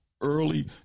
early